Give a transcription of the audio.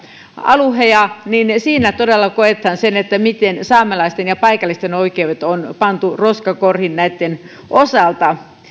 alueita niin siinä todella koetaan miten saamelaisten ja paikallisten oikeudet on pantu roskakoriin näitten osalta